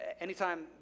anytime